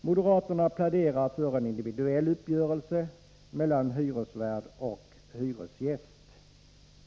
Moderaterna pläderar för en individuell uppgörelse mellan hyresvärd och hyresgäst.